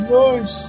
Nice